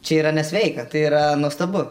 čia yra nesveika tai yra nuostabu